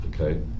okay